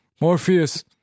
Morpheus